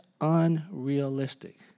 unrealistic